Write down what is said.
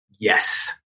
yes